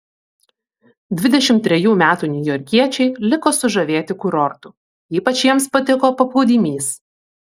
dvidešimt trejų metų niujorkiečiai liko sužavėti kurortu ypač jiems patiko paplūdimys